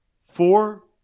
Four